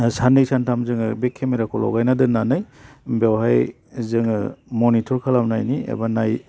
सान्नै सान्थाम जोङो बे केमेराखौ ल'गायना दोननानै बेवहाय जोङो मनिट'र खालामनायनि एबा नाय